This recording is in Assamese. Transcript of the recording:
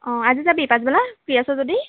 অঁ আজি যাবি পাছবেলা ফ্ৰী আছ যদি